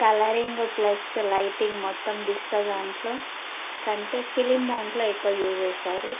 colouring plus lighting మొత్తం digital దాంట్లో కంటే ఫిలిం దాంట్లో ఎక్కువ యూస్ చేస్తారు